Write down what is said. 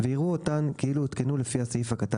ויראו אותן כאילו הותקנו לפי הסעיף הקטן